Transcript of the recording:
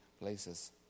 places